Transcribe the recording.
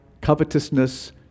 covetousness